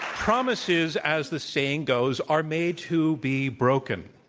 promises, as the saying goes, are made to be broken.